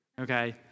Okay